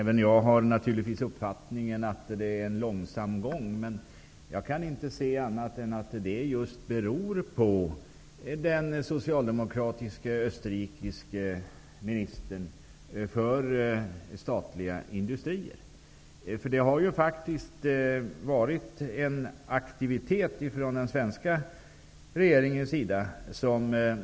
Herr talman! Även jag har uppfattningen att det går långsamt. Jag kan inte se annat än att det beror på den socialdemokratiske österrikiske ministern för statliga industrier. Det finns ingen anledning att kritisera tempot i aktiviteten från den svenska regeringens sida.